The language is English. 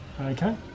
Okay